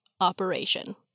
operation